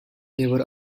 never